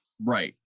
Right